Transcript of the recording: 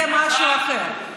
זה משהו אחר.